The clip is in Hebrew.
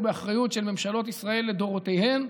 באחריות של ממשלות ישראל לדורותיהן.